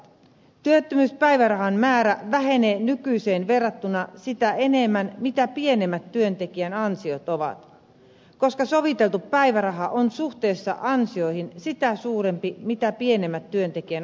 työttömyyspäivärahan määrä vähenee nykyiseen verrattuna sitä enemmän mitä pienemmät työntekijän ansiot ovat koska soviteltu päiväraha on suhteessa ansioihin sitä suurempi mitä pienemmät työntekijän ansiot ovat